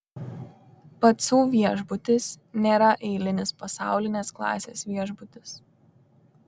pacų viešbutis nėra eilinis pasaulinės klasės viešbutis